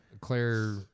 Claire